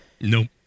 Nope